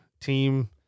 team